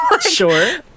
sure